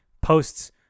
posts